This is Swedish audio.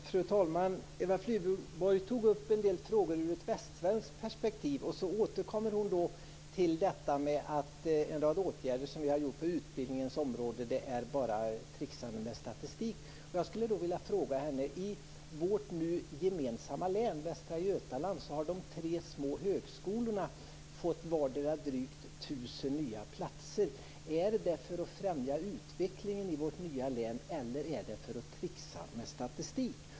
Fru talman! Eva Flyborg tog upp en del frågor ur ett västsvenskt perspektiv. Så återkom hon till att en rad åtgärder som vi har gjort på utbildningens område bara är tricksande med statistik. Jag skulle vilja fråga henne: I vårt nu gemensamma län, Västra Götaland, har de tre små högskolorna fått vardera drygt 1 000 nya platser. Är det för att främja utvecklingen i vårt nya län, eller är det för att tricksa med statistik?